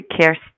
care